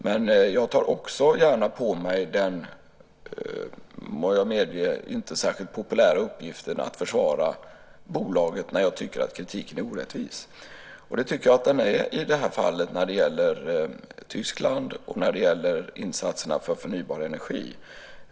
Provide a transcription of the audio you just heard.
Men jag tar gärna på mig den vad jag medger inte särskilt populära uppgiften att försvara bolaget när jag tycker att kritiken är orättvis. Det tycker jag att den är i det här fallet när det gäller Tyskland och när det gäller insatserna för förnybar energi.